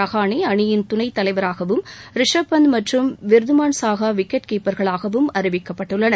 ரஹானே அணியின் துணைத்தலைவராகவும் ரிஷப்பந்த் மற்றும் விர்தமான் சாகா விக்கெட் கீப்பர்களாகவும் அறிவிக்கப்பட்டுள்ளனர்